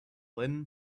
lyn